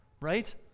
right